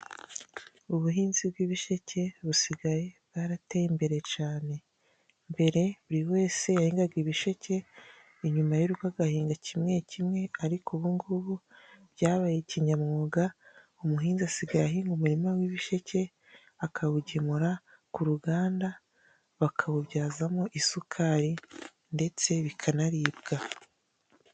Ubuhinzi bw'ibisheke busigaye bwarateye imbere cane. Mbere buri wese yahingaga ibisheke inyuma y'urugo agahinda kimwe kimwe, ariko ubu ngubu byabaye kinyamwuga, umuhinzi asigaye ahinga umurima w'ibisheke akawugemura ku ruganda, bakawubyazamo isukari ndetse bikanaribwa.